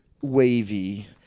wavy